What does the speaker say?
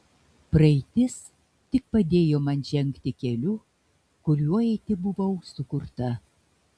praeitis tik padėjo man žengti keliu kuriuo eiti buvau sukurta